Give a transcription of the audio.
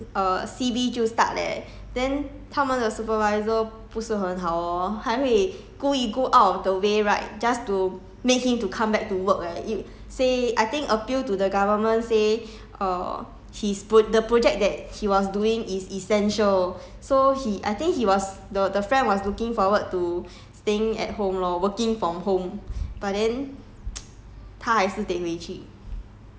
then after that 就 found out err 刚刚好那时 ph~ err C_B 就 start leh then 他们的 supervisor 不是很好 hor 还会故意 go out of the way right just to make him to come back to work leh you say I think appeal to the government say err his pro~ the project that he was doing is essential so he I think he was the the friend was looking forward to staying at home lor working from home